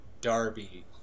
Darby